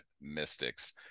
mystics